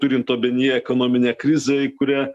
turint omeny ekonominę krizę į kurią